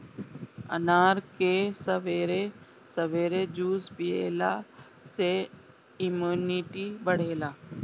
अनार के सबेरे सबेरे जूस पियला से इमुनिटी बढ़ेला